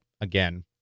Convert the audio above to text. Again